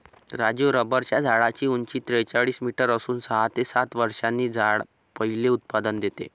राजू रबराच्या झाडाची उंची त्रेचाळीस मीटर असून सहा ते सात वर्षांनी झाड पहिले उत्पादन देते